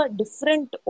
different